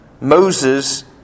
Moses